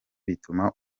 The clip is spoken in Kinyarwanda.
bituma